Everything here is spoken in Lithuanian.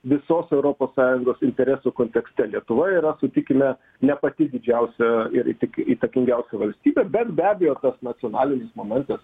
visos europos sąjungos interesų kontekste lietuva yra sutikime ne pati didžiausia ir tik įtakingiausia valstybė bet be abejo tas nacionalinis momentas